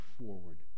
forward